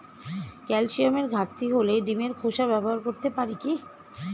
ক্যালসিয়ামের ঘাটতি হলে ডিমের খোসা ব্যবহার করতে পারি কি?